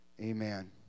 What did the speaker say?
Amen